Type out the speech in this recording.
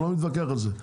אני לא מתווכח על זה.